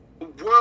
world